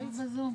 היא בזום.